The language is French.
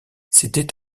c’était